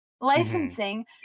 licensing